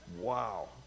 Wow